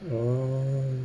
orh